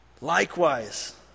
Likewise